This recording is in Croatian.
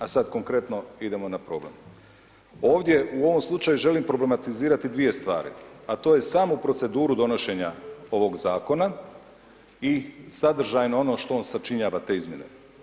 A sad konkretno idemo na problem, ovdje u ovom slučaju želim problematizirati dvije stvari, a to je samu proceduru donošenja ovog zakona i sadržajno ono što on sačinjava te izmjene.